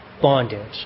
bondage